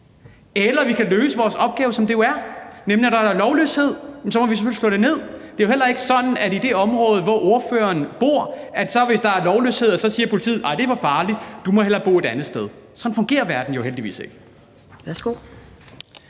men vi kan også løse vores opgave, som det jo er, nemlig at vi, når der er lovløshed, så selvfølgelig må slå det ned. Det er jo heller ikke sådan, at politiet i det område, hvor ordføreren bor, hvis der er lovløshed, siger: Nej, det er for farligt, du må hellere bo et andet sted. Sådan fungerer verden jo heldigvis ikke.